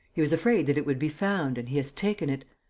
he was afraid that it would be found and he has taken it.